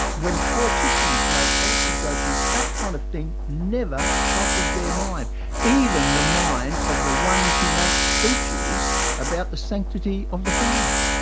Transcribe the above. when politicians make policy judgements, that kind of thing never crosses their mind even the mind of the ones who make speeches about the sanctity of the family.